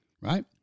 right